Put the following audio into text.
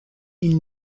ils